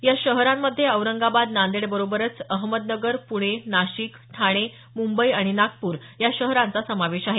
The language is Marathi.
या शहरांमध्ये औरंगाबाद नांदेडबरोबरच अहमदनगर पुणे नाशिक ठाणे मुंबई आणि नागपूर या शहरांचा समावेश आहे